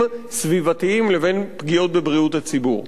סביבתיים לבין פגיעות בבריאות הציבור.